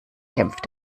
kämpft